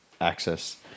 access